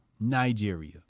Nigeria